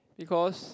because